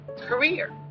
career